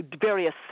various